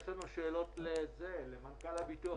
שאולי אפילו נמדד בשנים.